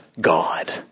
God